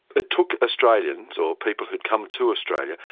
it took australians, or people who'd come to australia,